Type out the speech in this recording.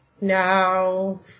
No